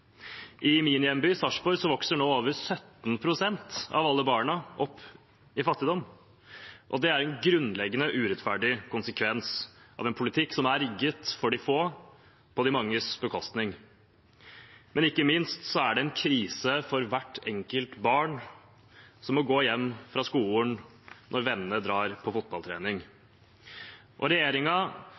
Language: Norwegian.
I min hjemby, Sarpsborg, vokser nå over 17 pst. av alle barna opp i fattigdom. Det er en grunnleggende urettferdig konsekvens av en politikk rigget for de få på de manges bekostning. Men ikke minst er det en krise for hvert enkelt barn – som må gå hjem fra skolen når vennene drar på fotballtrening.